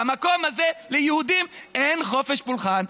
ובמקום הזה ליהודים אין חופש פולחן.